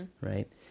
right